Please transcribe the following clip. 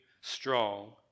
strong